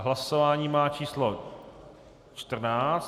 Hlasování má číslo 14.